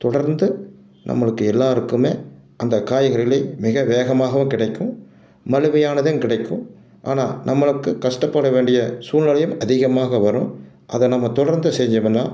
தொடர்ந்து நம்மளுக்கு எல்லாருக்கும் அந்த காய்கறிகளையும் மிக வேகமாகவும் கிடைக்கும் மலிமையானதும் கிடைக்கும் ஆனால் நம்மளுக்கு கஷ்டப்பட வேண்டிய சூழ்நிலையும் அதிகமாக வரும் அதை நம்ம தொடர்ந்து செஞ்சம்முன்னால்